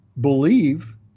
believe